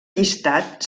llistat